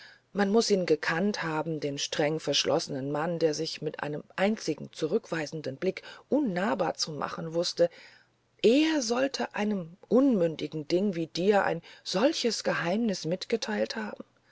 man muß ihn gekannt haben den strengverschlossenen mann der sich mit einem einzigen zurückweisenden blick unnahbar zu machen wußte er sollte einem unmündigen ding wie dir ein solches geheimnis mitgeteilt haben